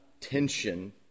tension